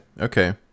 okay